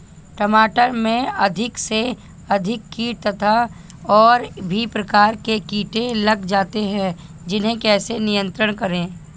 टमाटर में अधिक से अधिक कीट तथा और भी प्रकार के कीड़े लग जाते हैं इन्हें कैसे नियंत्रण करें?